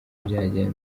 byagenda